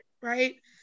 right